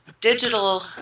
digital